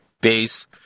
base